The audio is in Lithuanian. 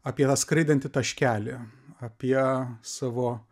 apie tą skraidantį taškelį apie savo